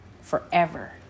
forever